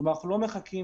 כלומר, אנחנו לא מחכים